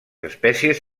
espècies